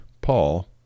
Paul